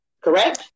correct